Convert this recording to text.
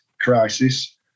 crisis